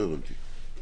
לא הבנתי.